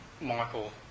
Michael